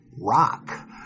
rock